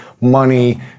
money